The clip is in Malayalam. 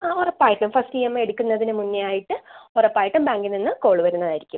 ആ ഉറപ്പായിട്ടും ഫസ്റ്റ് ഇ എം എ എടുക്കുന്നതിന് മുന്നേ ആയിട്ട് ഉറപ്പ് ആയിട്ടും ബാങ്കിൽ നിന്ന് കോള് വരുന്നതായിരിക്കും